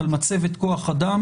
על מצבת כוח אדם